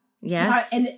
Yes